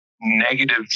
negative